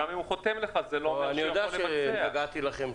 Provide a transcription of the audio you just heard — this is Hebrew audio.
גם אם הוא יחתום לך זה לא אומר שהוא מתכוון לבצע.